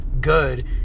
good